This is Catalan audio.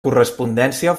correspondència